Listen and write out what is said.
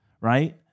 right